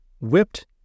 whipped